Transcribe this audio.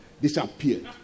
disappeared